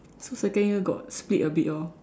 so second year got split a bit orh